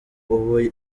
ubu